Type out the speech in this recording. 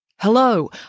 Hello